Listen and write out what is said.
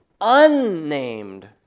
unnamed